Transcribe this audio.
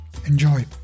Enjoy